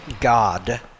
God